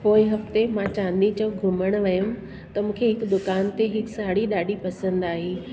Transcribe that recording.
पोइ हफ़्ते मां चांदनी चौक घुमणु वियमि त मूंखे हिकु दुकान ते हिकु साड़ी ॾाढी पसंदि आई